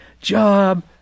job